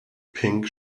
pink